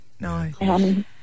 No